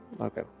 Okay